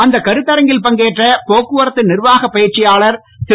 அந்த கருத்தரங்கில் பங்கேற்ற போக்குவரத்து நிர்வாக பயிற்சியாளர் திரு